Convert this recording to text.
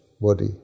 body